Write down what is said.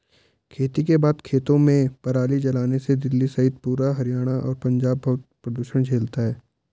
खेती के बाद खेतों में पराली जलाने से दिल्ली सहित पूरा हरियाणा और पंजाब बहुत प्रदूषण झेलता है